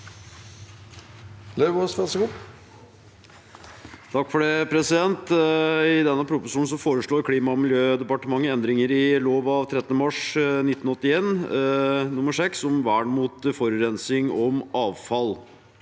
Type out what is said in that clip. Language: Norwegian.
for sa- ken): I denne proposisjonen foreslår Klima- og miljødepartementet endringer i lov av 13. mars 1981 nr. 6 om vern mot forurensning og om avfall.